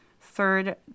Third